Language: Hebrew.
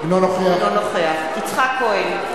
אינו נוכח יצחק כהן,